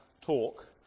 talk